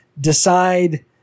decide